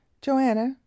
joanna